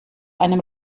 einem